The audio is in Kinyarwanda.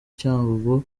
cyangugu